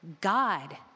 God